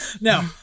No